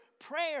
prayer